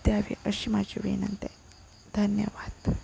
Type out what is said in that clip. द्यावे अशी माझी विनंती आहे धन्यवाद